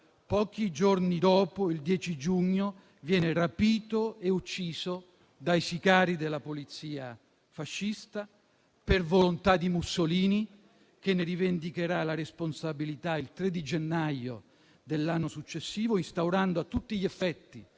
Pochi giorni dopo, il 10 giugno, venne rapito e ucciso dai sicari della polizia fascista, per volontà di Mussolini, che ne rivendicò poi la responsabilità il 3 gennaio dell'anno successivo, instaurando a tutti gli effetti,